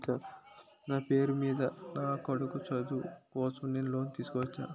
నా పేరు మీద నా కొడుకు చదువు కోసం నేను లోన్ తీసుకోవచ్చా?